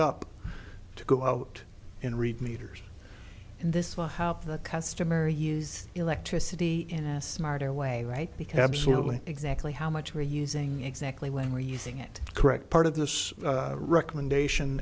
up to go out and read meters and this will help the customer use electricity in a smarter way right because simply exactly how much we're using exactly when we're using it correct part of this recommendation